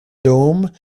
dome